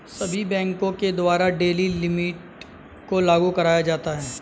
सभी बैंकों के द्वारा डेली लिमिट को लागू कराया जाता है